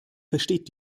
versteht